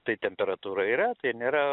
tai temperatūra yra tai nėra